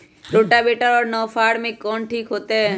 Rotavator और नौ फ़ार में कौन ठीक होतै?